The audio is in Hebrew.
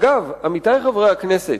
אגב, עמיתי חברי הכנסת,